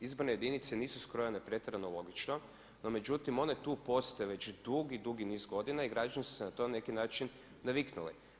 Izborne jedinice nisu skrojene pretjerano logično no međutim one tu postoje već dugi, dugi niz godina i građani su se na to na neki način naviknuli.